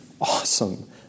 awesome